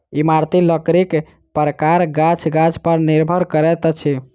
इमारती लकड़ीक प्रकार गाछ गाछ पर निर्भर करैत अछि